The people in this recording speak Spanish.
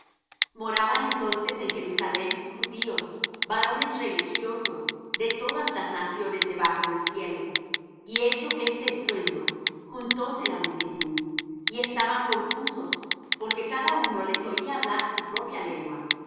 moraban entonces en jerusalem judíos varones religiosos de todas las naciones debajo del cielo y hecho este estruendo juntóse la multitud y estaban confusos porque cada uno les oía hablar su propia lengua